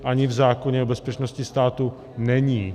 Ani v zákoně o bezpečnosti státu není.